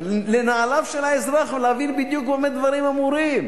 לנעליו של האזרח, ולהבין בדיוק במה דברים אמורים.